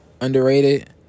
underrated